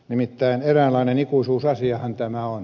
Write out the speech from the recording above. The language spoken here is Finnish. nimittäin eräänlainen ikuisuusasiahan tämä on